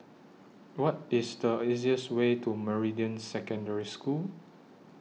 What IS The easiest Way to Meridian Secondary School